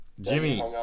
Jimmy